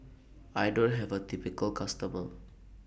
I don't have A typical customer